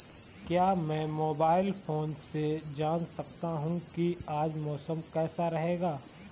क्या मैं mobile phone से जान सकता हूँ कि आज मौसम कैसा रहेगा?